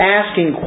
asking